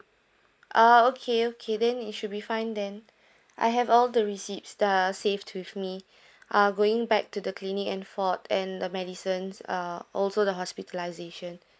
ah okay okay then it should be fine then I have all the receipt uh saved with me uh going back to the clinic and forth and the medicines uh also the hospitalization